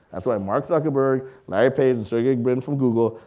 that's right mark zuckerberg, larry page, and sergey brin from google,